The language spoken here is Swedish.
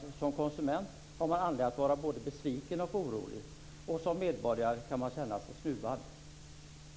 - Som konsument har man anledning att vara både besviken och orolig. - Som medborgare kan man känna sig snuvad."